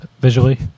visually